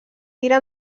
tira